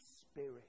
spirit